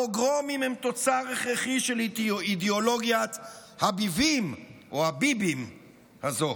הפוגרומים הם תוצר הכרחי של אידיאולוגיית הביבים או הבּיבּים הזו.